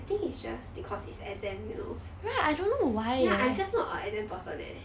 I think it's just because it's exam you know ya I'm just not a exam person eh